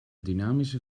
dynamische